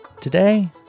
Today